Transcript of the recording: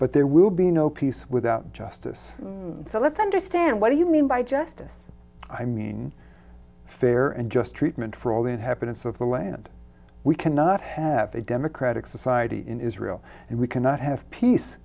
but there will be no peace without justice so let's understand what do you mean by justice i mean fair and just treatment for all the inhabitants of the land we cannot have a democratic society in israel and we cannot have peace